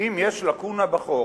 שאם יש לקונה בחוק,